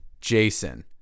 Jason